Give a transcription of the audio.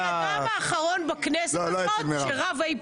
אני האדם האחרון בכנסת הזאת שרבה עם